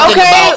Okay